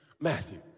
Matthew